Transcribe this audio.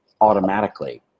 automatically